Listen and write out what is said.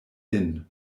inn